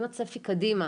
אם הצפי קדימה